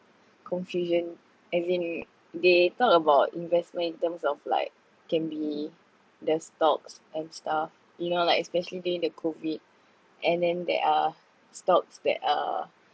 confusion as in they talk about investment in terms of like can be the stocks and stuff you know like especially during the COVID and then there are stocks that are